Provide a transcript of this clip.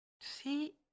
see